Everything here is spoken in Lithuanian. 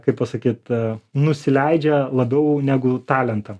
kaip pasakyt nusileidžia labiau negu talentam